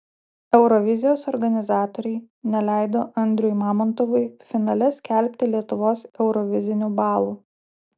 eurovizijos organizatoriai neleido andriui mamontovui finale skelbti lietuvos eurovizinių balų